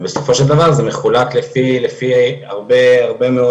ובסופו של דבר זה מחולק לפי הרבה מאוד